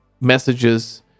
messages